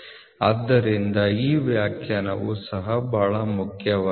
ಆದ್ದರಿಂದ ಈ ವ್ಯಾಖ್ಯಾನವು ಸಹ ಬಹಳ ಮುಖ್ಯವಾಗಿದೆ